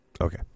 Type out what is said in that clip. Okay